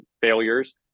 failures